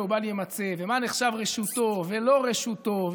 ובל יימצא" ומה נחשב לרשותו ולא רשותו,